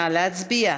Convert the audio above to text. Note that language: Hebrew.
נא להצביע.